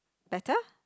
better